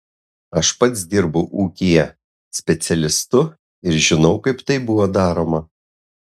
aš pats dirbau ūkyje specialistu ir žinau kaip tai buvo daroma